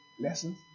lessons